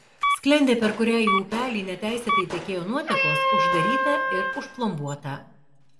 sklendė per kurią į upelį neteisėtai tekėjo nuotekos uždaryta ir užplombuota